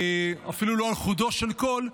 אפילו לא על חודו של קול,